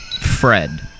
fred